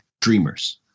dreamers